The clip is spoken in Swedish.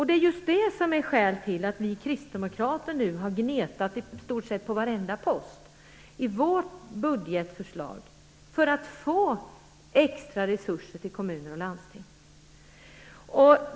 Det är just det som är skälet till att vi kristdemokrater nu har gnetat på i stort sett varje post i vårt budgetförslag för att få extra resurser till kommuner och landsting.